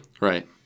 Right